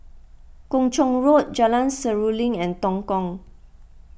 Kung Chong Road Jalan Seruling and Tongkang